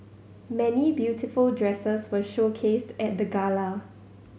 many beautiful dresses were showcased at the gala